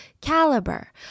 caliber